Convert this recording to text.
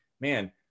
man